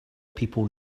people